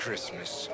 Christmas